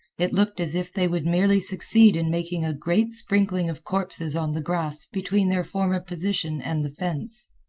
it looked as if they would merely succeed in making a great sprinkling of corpses on the grass between their former position and the fence.